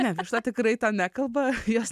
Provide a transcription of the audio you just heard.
ne višta tikrai ten nekalba jos